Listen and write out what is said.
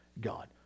God